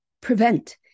prevent